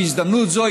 בהזדמנות זו,